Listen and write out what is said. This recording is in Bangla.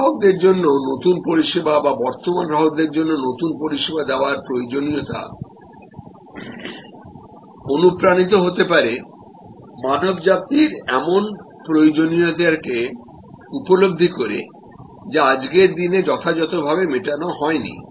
নতুন গ্রাহকদের জন্য নতুন পরিষেবা বা বর্তমান গ্রাহকের জন্য নতুন পরিষেবা দেওয়ার প্রয়োজনীয়তা অনুপ্রাণিত হতে পারে মানবজাতির এমন প্রয়োজনীয়তাকে উপলব্ধি করে যা আজকের দিনে যথাযথভাবে মেটানো হয়নি